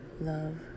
love